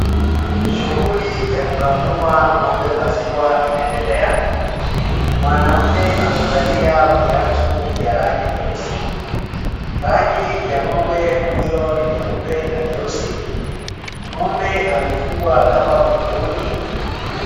Shughuli ya kukamua ng'ombe maziwa inaendelea. Mwanaume amevalia viatu vya rangi nyeusi. Rangi ya ng'ombe huyo ni nyeupe na nyeusi. Ng'ombe amefungwa kamba miguuni.